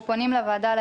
אני פותח את הישיבה.